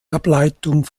ableitung